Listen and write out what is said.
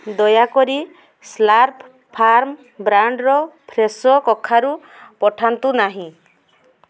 ଦୟାକରି Slurrp Farm ବ୍ରାଣ୍ଡ୍ର Fresho କଖାରୁ ପଠାନ୍ତୁ ନାହିଁ